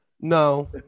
no